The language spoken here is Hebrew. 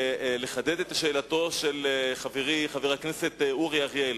שאלתו של חברי חבר הכנסת אורי אריאל.